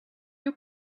you